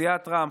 סיעת רע"מ,